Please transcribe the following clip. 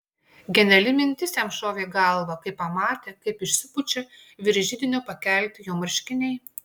geniali mintis jam šovė į galvą kai pamatė kaip išsipučia virš židinio pakelti jo marškiniai